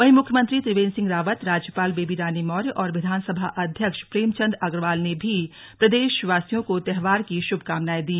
वहीं मुख्यमंत्री त्रिवेंद्र सिंह रावत राज्यपाल बेबी रानी मौर्य और विधानसभा अध्यक्ष प्रेमचंद अग्रवाल ने भी प्रदेशवासियों को त्योहार की शुभकामनाएं दी